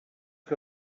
que